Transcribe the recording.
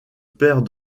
père